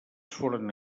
foren